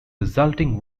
resulting